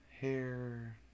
hair